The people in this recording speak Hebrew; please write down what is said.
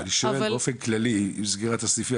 אני שואל באופן כללי, עם סגירת הסניפים.